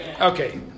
Okay